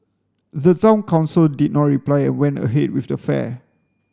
the Town Council did not reply and went ahead with the fair